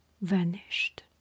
vanished